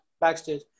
backstage